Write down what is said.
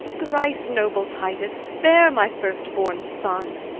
thrice-noble titus, spare my first-born son.